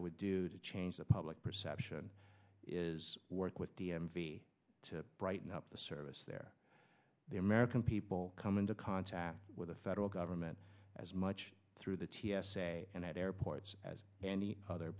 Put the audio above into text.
i would do to change the public perception is work with d m v to brighten up the service there the american people come into contact with the federal government as much through the t s a and at airports as any other